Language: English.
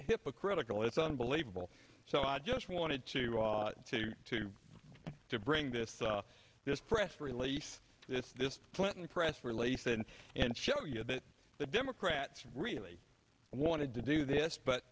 hypocritical it's unbelievable so i just wanted to to to to bring this this press release this this clinton press release and and show you that the democrats really wanted to do this but